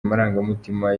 amarangamutima